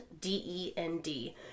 D-E-N-D